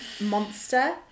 monster